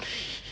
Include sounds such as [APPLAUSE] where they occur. [LAUGHS]